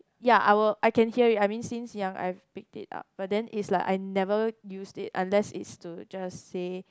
ya I will I can hear it I mean since young I've picked it up but then is like I've never used it unless is to just say